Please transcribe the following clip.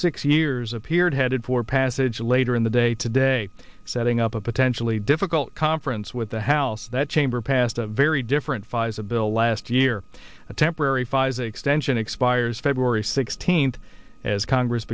six years appeared headed for passage later in the day today setting up a potentially difficult conference with the house that chamber passed a very different phase a bill last year a temporary files extension expires february sixteenth as congress